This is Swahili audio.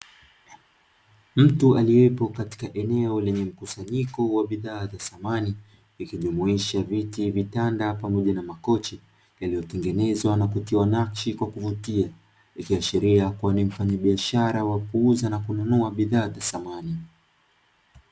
Mtu aliyepo katika eneo lenye mkusanyiko wa bidhaa za samani, ikijumuisha viti, vitanda pamoja na makochi yaliyotengenezwa na kutiwa nakshi kwa kuvutia, ikiashiria kuwa ni mfanyabiashara wa kuuza na kununua bidhaa za samani.